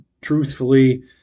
truthfully